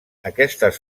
aquestes